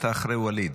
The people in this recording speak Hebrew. אתה אחרי ווליד.